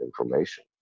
information